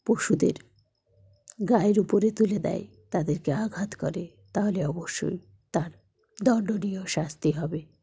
পশুদের গায়ের উপরে তুলে দেয় তাদেরকে আঘাত করে তাহলে অবশ্যই তার দণ্ডনীয় শাস্তি হবে